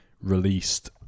released